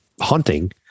hunting